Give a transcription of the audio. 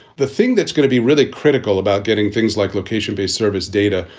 the thing that's going to be really critical about getting things like location based service data,